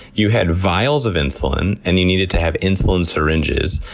you have vials of insulin, and you needed to have insulin syringes,